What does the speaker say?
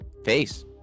face